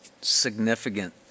significant